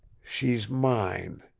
she's mine,